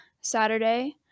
Saturday